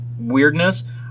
Weirdness